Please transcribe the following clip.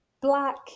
black